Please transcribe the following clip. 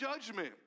judgment